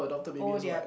oh their